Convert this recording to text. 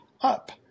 up